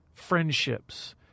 Friendships